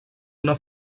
una